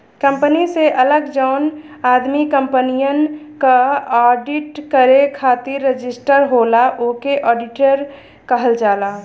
company से अलग जौन आदमी कंपनियन क आडिट करे खातिर रजिस्टर होला ओके आडिटर कहल जाला